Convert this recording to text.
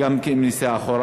וגם נסיעה אחורה.